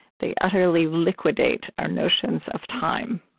they utterly liquidate our notions of time.